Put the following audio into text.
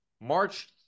March